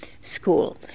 school